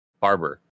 barber